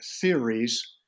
theories